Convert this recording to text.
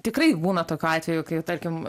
tikrai būna tokių atvejų kai tarkim